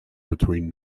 between